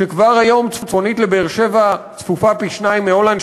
שכבר היום צפונית לבאר-שבע היא צפופה פי-שניים מהולנד,